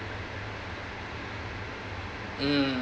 mm